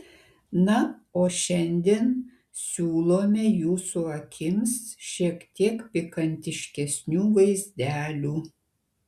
na o šiandien siūlome jūsų akims šiek tiek pikantiškesnių vaizdelių